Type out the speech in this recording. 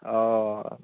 অ'